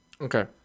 Okay